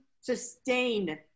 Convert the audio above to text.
sustain